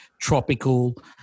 tropical